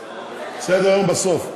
בסוף.